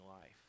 life